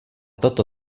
toto